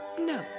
No